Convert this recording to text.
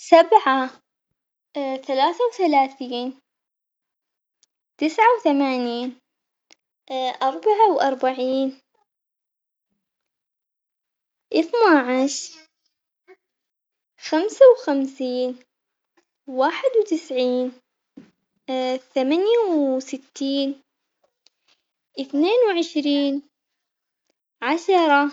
سبعة ثلاثة وثلاثين تسعة وثمانين أربعة وأربعين اثنا عشر، خمسة وخمسين واحد وتسعين ثمانية وستين اثنين وعشرين، عشرة.